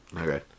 Okay